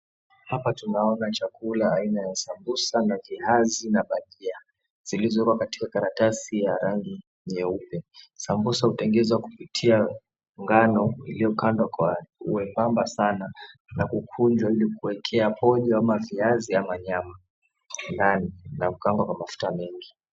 Hapa tunaona chakula aina ya sambusa na kiasi na bagia zilizowekwa katika karatasi ya rangi nyeupe. Sambusa hutengenezwa kupitia ngano iliyo kandwa kwa we𝑚𝑏amba sana na kukunjwa ili kuwekea pojo ama viazi ama nyama ndani na kukaangwa kwa mafuta mengi.